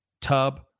tub